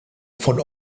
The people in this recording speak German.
von